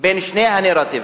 בין שני הנרטיבים,